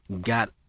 got